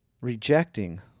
Rejecting